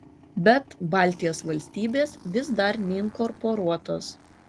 bet baltijos valstybės vis dar neinkorporuotos